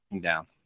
down